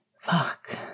Fuck